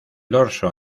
dorso